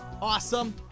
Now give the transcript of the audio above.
awesome